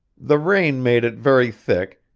the rain made it very thick,